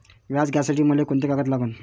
व्याज घ्यासाठी मले कोंते कागद लागन?